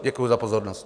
Děkuji za pozornost.